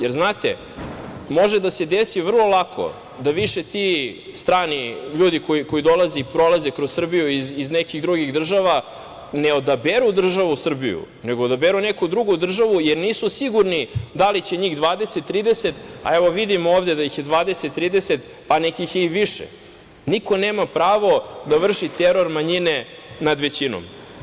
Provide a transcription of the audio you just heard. Jer, znate, može da se desi vrlo lako da više ti strani ljudi koji dolaze i prolaze kroz Srbiju iz nekih drugih država ne odaberu državu Srbiju, nego odaberu neku drugu državu, jer nisu sigurni da li će njih 20, 30, a vidimo ovde da ih je 20, 30, pa nekih je i više, ali niko nema pravo da vrši teror manjine nad većinom.